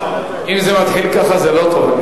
אם זה מתחיל ככה, זה לא טוב.